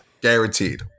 Guaranteed